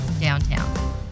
downtown